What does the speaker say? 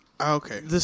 Okay